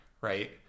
right